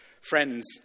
friends